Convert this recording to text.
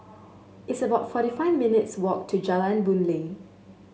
it's about forty five minutes' walk to Jalan Boon Lay